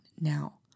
now